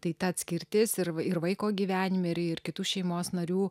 tai ta atskirtis ir ir vaiko gyvenime ir ir kitų šeimos narių